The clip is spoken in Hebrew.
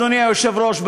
אדוני היושב-ראש,